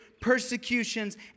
persecutions